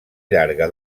llarga